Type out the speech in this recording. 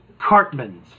Cartmans